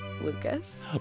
Lucas